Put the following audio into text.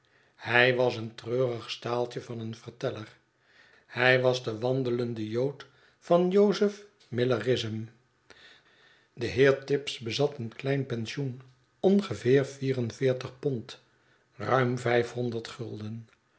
hij was een treurig staaltje van een verteller hij was de wandelende jood van jozef millerism de heer tibbs bezat een klein pensioen ongeveer vier en veertig pond ruim vijfhonderd gulden